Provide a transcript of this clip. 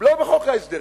לא בחוק ההסדרים.